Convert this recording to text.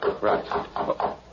Right